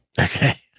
Okay